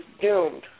doomed